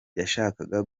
yashakaga